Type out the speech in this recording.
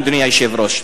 אדוני היושב-ראש.